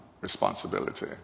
responsibility